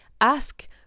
ask